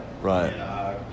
Right